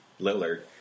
Lillard